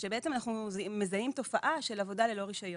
שבעצם אנחנו מזהים תופעה של עבודה ללא רישיון,